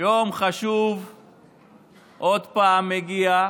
יום חשוב עוד פעם הגיע,